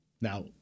Now